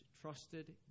trusted